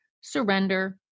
surrender